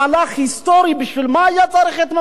בשביל מה היה צריך את ממשלת האחדות הלאומית הזאת?